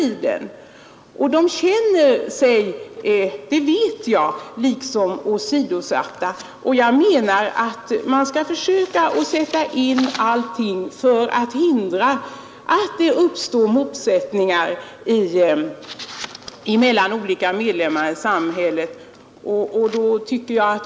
Jag vet att de känner sig åsidosatta, och jag anser att man skall försöka sätta in åtgärder för att hindra att det uppstår motsättningar mellan olika medlemmar i samhället.